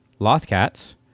Lothcats